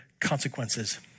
consequences